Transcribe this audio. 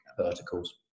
verticals